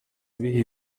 igihe